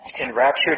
Enraptured